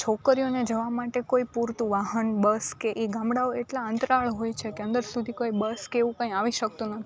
છોકરીઓને જોવા માટે કોઈ પૂરતું વાહન બસ કે એ ગામડાઓ એટલા અંતરાળ હોય છે કે અંદર સુધી કોઈ બસ કે એવું કંઈ આવી શકતું નથી